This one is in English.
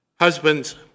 Husbands